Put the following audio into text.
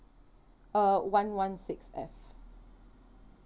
uh one one six F